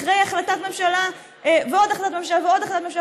אחרי החלטת ממשלה ועוד החלטת ממשלה